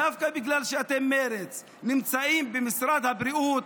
דווקא כשאתם, מרצ, נמצאים במשרד הבריאות,